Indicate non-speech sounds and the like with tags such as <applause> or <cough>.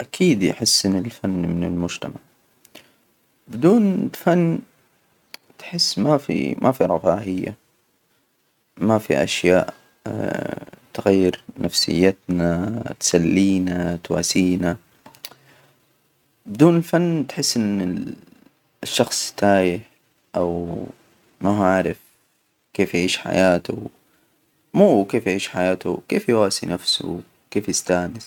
أكيد يحس إن الفن من المجتمع. بدون فن، تحس ما في- ما في رفاهية. ما في أشياء <hesitation> تغير نفسيتنا، تسلينا تواسينا. <hesitation> بدون فن، تحسي أن الشخص تايه أو ما هو عارف كيف يعيش حياته مو كيف يعيش حياته، كيف يواسي نفسه، كيف يستأنس.